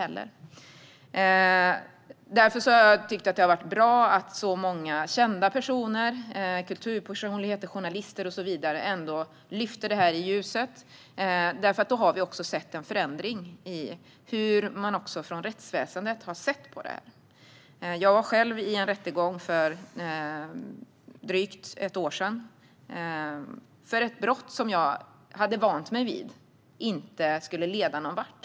Jag har därför tyckt att det har varit bra att så många kända personer - kulturpersonligheter, journalister och så vidare - ändå lyft fram detta i ljuset. Det har lett till en förändring i hur man också från rättsväsendet har sett på det. Jag var själv med i en rättegång för drygt ett år sedan, som gällde ett brott som jag vant mig vid inte skulle leda någonvart.